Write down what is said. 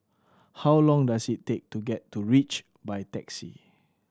how long does it take to get to Reach by taxi